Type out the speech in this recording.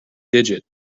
digit